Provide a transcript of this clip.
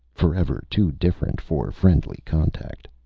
forever too different for friendly contact?